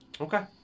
Okay